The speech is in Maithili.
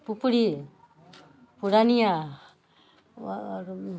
पुपरी पूर्णिया आओर